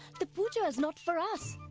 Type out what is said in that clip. the puja is not for us.